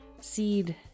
seed